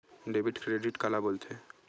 Debit credit काला बोल थे?